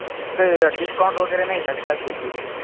काही डिस्काउंट वगैरे नाही का कॅश घेतली की